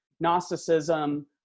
Gnosticism